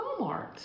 Walmart